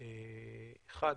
אחד,